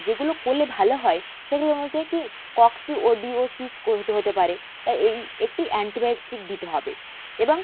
যেগুলো করলে ভালো হয় সেগুলো হচ্ছে কি কক্সি ও ডিওসিস্কো হতে পারে তাই এই একটি অ্যান্টিবায়োটিক দিতে হবে এবং